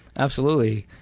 absolutely.